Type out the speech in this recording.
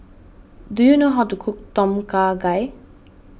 do you know how to cook Tom Kha Gai